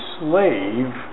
slave